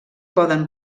poden